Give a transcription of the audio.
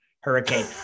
hurricane